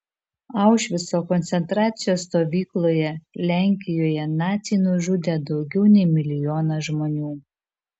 aušvico koncentracijos stovykloje lenkijoje naciai nužudė daugiau nei milijoną žmonių